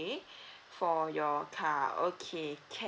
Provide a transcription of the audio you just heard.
~K for your car okay ca~